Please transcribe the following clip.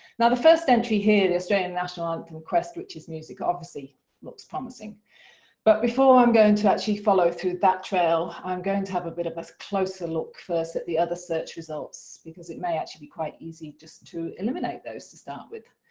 now the first entry here the australian national anthem quest', which is music obviously looks promising but before i'm going to actually follow through that trail i'm going to have a bit of a closer look first at the other search results because it may actually be quite easy just to eliminate those to start with.